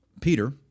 Peter